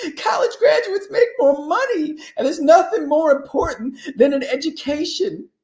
ah college graduates make more money and there's nothing more important than an education.